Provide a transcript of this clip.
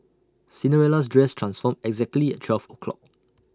Cinderella's dress transformed exactly at twelve o'clock